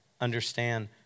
understand